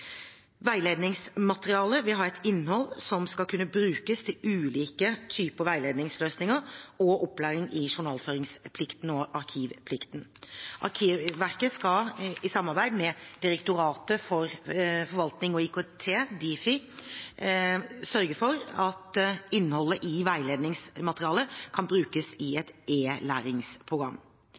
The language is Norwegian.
Veiledningsmaterialet vil ha et innhold som skal kunne brukes til ulike typer veiledningsløsninger og opplæring i journalføringsplikten og arkivplikten. Arkivverket skal, i samarbeid med Direktoratet for forvaltning og ikt, Difi, sørge for at innholdet i veiledningsmaterialet kan brukes i et